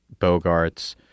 Bogarts